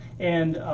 and,